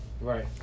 right